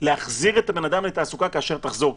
להחזיר את האדם לתעסוקה כאשר היא תחזור,